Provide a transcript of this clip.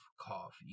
coffee